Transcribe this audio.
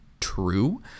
true